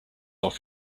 off